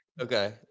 Okay